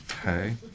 Okay